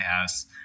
House